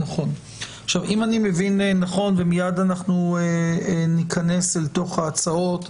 אם אני מבין נכון, ומיד ניכנס לתוך ההצעות,